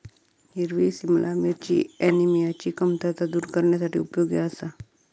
हिरवी सिमला मिरची ऍनिमियाची कमतरता दूर करण्यासाठी उपयोगी आसा